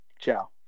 Ciao